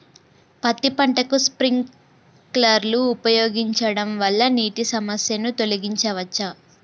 పత్తి పంటకు స్ప్రింక్లర్లు ఉపయోగించడం వల్ల నీటి సమస్యను తొలగించవచ్చా?